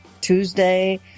Tuesday